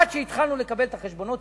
עד שהתחלנו לקבל את החשבונות,